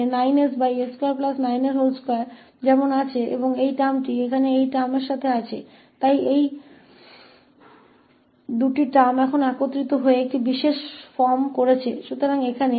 तो यहाँ 9ss292 जैसा है और यह पद इस पद के साथ यहाँ है इसलिए इन दोनों शब्दों को अब एक विशेष रूप में मिला दिया गया है